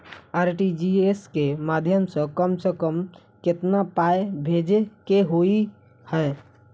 RTGS केँ माध्यम सँ कम सऽ कम केतना पाय भेजे केँ होइ हय?